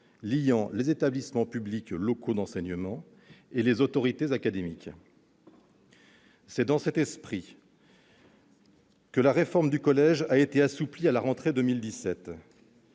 liant les établissements publics locaux d'enseignement et les autorités académiques. C'est dans cet esprit que la réforme du collège a été assouplie à la rentrée 2017.